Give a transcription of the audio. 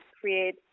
create